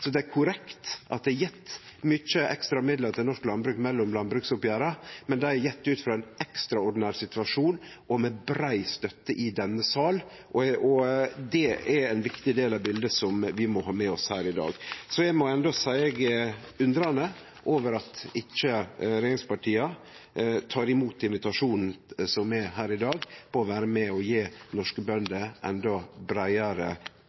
Så det er korrekt at det er gjeve mykje ekstra midlar til norsk landbruk mellom landbruksoppgjera, men det er gjeve ut frå ein ekstraordinær situasjon, og med brei støtte i denne salen. Det er ein viktig del av biletet som vi må ha med oss her i dag. Eg må difor endå seie eg er undrande over at ikkje regjeringspartia tek imot invitasjonen som er her i dag, til å vere med og gje norske bønder endå breiare